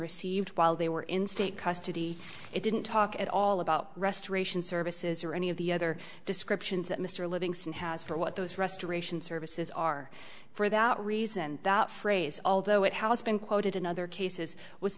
received while they were in state custody it didn't talk at all about restoration services or any of the other descriptions that mr livingston has for what those restoration services are for that reason that phrase although it has been quoted in other cases w